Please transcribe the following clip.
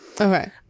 okay